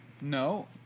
No